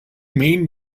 mean